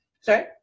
Sorry